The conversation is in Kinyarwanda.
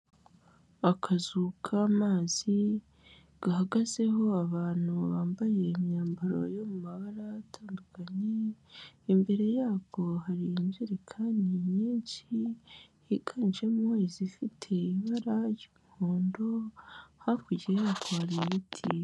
Akazu k'amazi gahagazeho abantu bambaye imyambaro yo mu mabara atandukanye, imbere yako hari injerikani nyinshi higanjemo izifite ibara ry'umuhondo, hakurya yako hari ibiti.